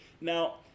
Now